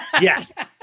Yes